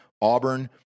Auburn